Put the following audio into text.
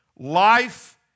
Life